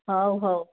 ହଉ ହଉ